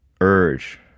urge